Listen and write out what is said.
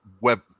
web